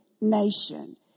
nation